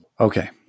Okay